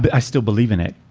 but i still believe in it